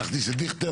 להכניס את דיכטר,